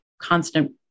constant